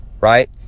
right